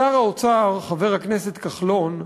שר האוצר חבר הכנסת כחלון,